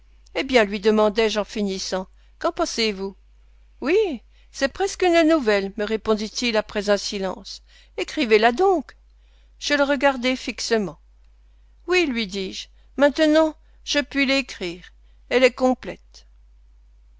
eh bien lui demandai-je en finissant qu'en pensez-vous oui c'est presque une nouvelle me répondit-il après un silence écrivez la donc je le regardai fixement oui lui dis-je maintenant je puis l'écrire elle est complète